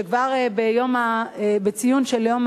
שכבר בציון של יום,